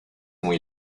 muy